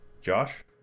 Josh